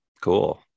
Cool